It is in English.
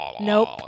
Nope